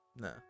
No